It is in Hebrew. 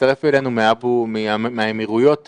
מישהו מוכן להשמיע קול כדי שנראה אם זה תקלת